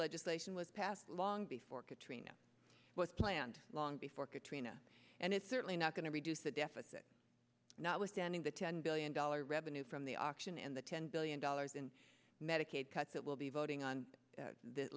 legislation was passed long before katrina was planned long before katrina and it's certainly not going to reduce the deficit notwithstanding the ten billion dollars revenue from the auction and the ten billion dollars in medicaid cuts that will be voting on that